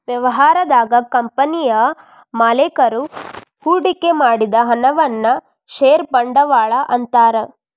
ವ್ಯವಹಾರದಾಗ ಕಂಪನಿಯ ಮಾಲೇಕರು ಹೂಡಿಕೆ ಮಾಡಿದ ಹಣವನ್ನ ಷೇರ ಬಂಡವಾಳ ಅಂತಾರ